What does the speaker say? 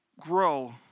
grow